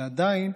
ועדיין,